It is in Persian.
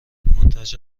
منتج